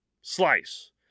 slice